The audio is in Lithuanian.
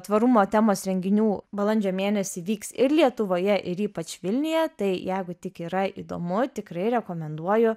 tvarumo temos renginių balandžio mėnesį vyks ir lietuvoje ir ypač vilniuje tai jeigu tik yra įdomu tikrai rekomenduoju